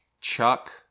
Chuck